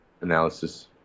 analysis